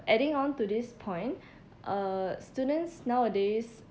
adding on to this point uh students nowadays